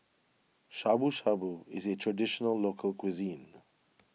Shabu Shabu is a Traditional Local Cuisine